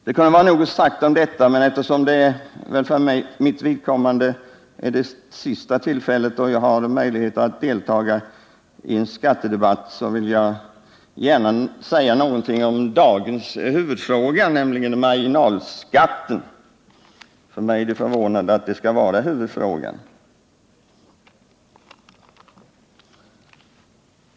Det kunde vara nog sagt om detta, men eftersom detta väl är det sista tillfälle jag har att delta i en skattedebatt i riksdagen vill jag gärna säga någonting om dagens huvudfråga, nämligen marginalskatten. För mig är det förvånande att det skall vara huvudfrågan.